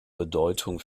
bedeutung